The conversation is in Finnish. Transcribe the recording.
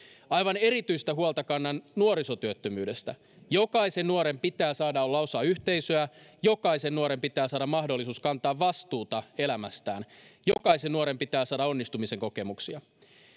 aivan erityistä huolta kannan nuorisotyöttömyydestä jokaisen nuoren pitää saada olla osa yhteisöä jokaisen nuoren pitää saada mahdollisuus kantaa vastuuta elämästään jokaisen nuoren pitää saada onnistumisen kokemuksia